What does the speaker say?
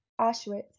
Auschwitz